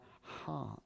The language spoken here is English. heart